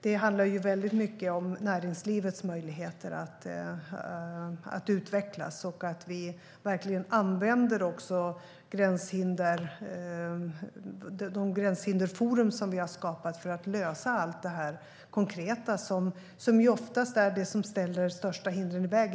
Det handlar väldigt mycket om näringslivets möjligheter att utvecklas och om att vi verkligen använder de gränshinderforum vi har skapat för att lösa allt det konkreta, som ju ofta är det som ställer de största hindren i vägen.